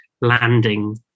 landing